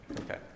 Okay